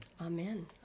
Amen